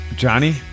Johnny